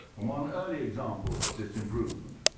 one early example of this improvement